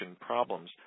problems